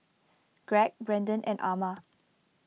Greg Brendon and Ama